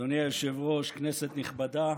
אדוני היושב-ראש, כנסת נכבדה,